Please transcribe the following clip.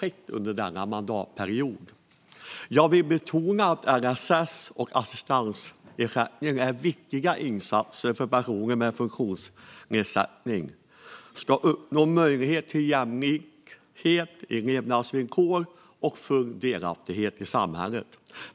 Stärkt rätt till person-lig assistans - grund-läggande behov för personer som har en psykisk funktionsned-sättning och ökad rättssäkerhet för barn Jag vill betona att LSS och assistansersättning är viktiga insatser för att personer med funktionsnedsättning ska få möjlighet till jämlikhet i levnadsvillkor och full delaktighet i samhället.